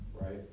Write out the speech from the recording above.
right